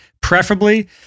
preferably